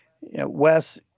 Wes